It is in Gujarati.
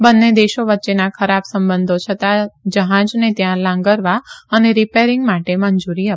બંને દેશો વચ્ચેના ખરાબ સંબંધો છતાં જહાજને ત્યાં લાંગરવા અને રીપેરીંગ માટે મંજુરી અપાઈ છે